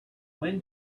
when